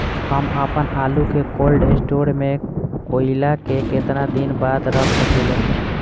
हम आपनआलू के कोल्ड स्टोरेज में कोराई के केतना दिन बाद रख साकिले?